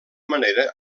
manera